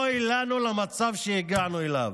אוי לנו על המצב שהגענו אליו.